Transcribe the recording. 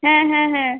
হ্যাঁ হ্যাঁ হ্যাঁ